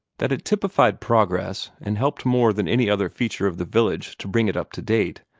that it typified progress, and helped more than any other feature of the village to bring it up to date,